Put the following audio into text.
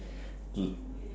to